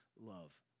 love